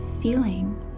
feeling